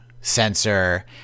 sensor